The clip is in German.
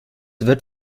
wird